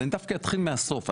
אני דווקא אתחיל מהסוף.